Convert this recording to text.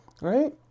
right